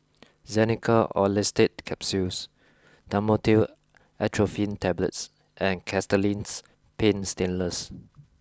Xenical Orlistat Capsules Dhamotil Atropine Tablets and Castellani's Paint Stainless